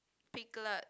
piglet